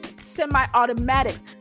semi-automatics